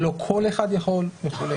שלא כל אחד יכול וכולי.